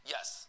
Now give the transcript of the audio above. Yes